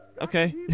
Okay